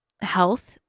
health